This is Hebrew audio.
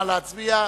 נא להצביע.